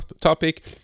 topic